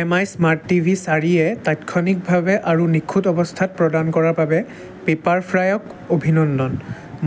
M I smart TV চাৰিয়ে তাৎক্ষণিকভাৱে আৰু নিখুঁত অৱস্থাত প্ৰদান কৰাৰ বাবে পেপাৰফ্ৰাইক অভিনন্দন